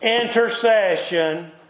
intercession